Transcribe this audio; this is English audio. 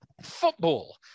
football